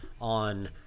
on